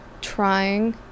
trying